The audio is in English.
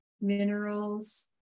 minerals